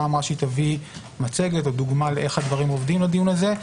אמרה שתביא מצגת או דוגמה לאיך הדברים עובדים לדיון הזה.